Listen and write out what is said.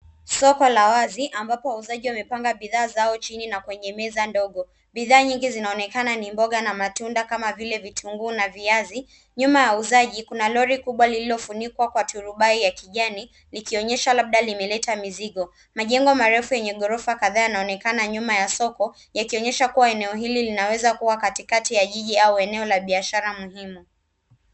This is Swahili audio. Soko la wazi ambapo wauzaji wamepanga bidhaa zao chini na kwenye meza ndogo. Bidhaa nyingi zinaonekana ni mbonga na matunda kama vile vitunguu na viazi. Nyuma ya wauzaji kuna lori kubwa lililofunika kwa turubai la kijani likionyesha labda limeleta mizigo. Majengo marefu yenye ghorofa kadhaa yanaonekana nyuma ya soko yakionyesha kuwa eneo hili linaweza kuwa katikakati ya jiji au eneo la biashara muhimu.